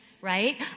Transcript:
Right